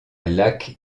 laque